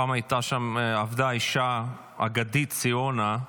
פעם עבדה שם אישה אגדית, ציונה.